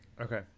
Okay